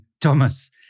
Thomas